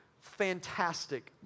fantastic